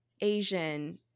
Asian